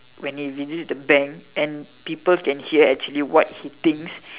when he visit the bank and people can hear actually what he thinks